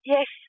Yes